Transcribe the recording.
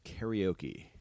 karaoke